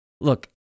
look